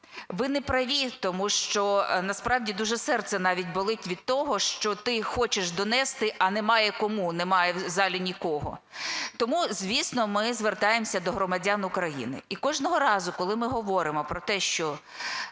ви не праві. Тому що насправді дуже серце навіть болить від того, що ти хочеш донести, а немає кому, немає в залі нікого. Тому, звісно, ми звертаємося до громадян України. І кожного разу, коли ми говоримо про те, що